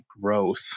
growth